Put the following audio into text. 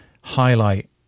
highlight